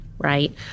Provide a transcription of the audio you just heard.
right